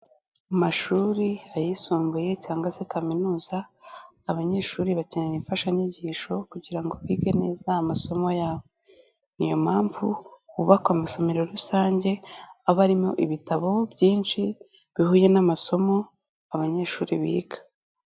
Mu mashuri ayisumbuye cyangwa se kaminuza, abanyeshuri bakeneyera imfashanyigisho kugira ngo bige neza amasomo yabo. Niyo mpamvu hubakwa amasomero rusange, aba arimo ibitabo byinshi bihuye n'amasosomo abanyeshuri biga.